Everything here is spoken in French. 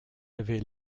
avait